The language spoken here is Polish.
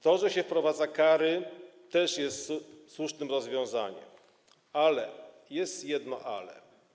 To, że się wprowadza kary, też jest słusznym rozwiązaniem, jest jednak jedno ale.